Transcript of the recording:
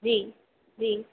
जी जी